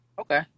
Okay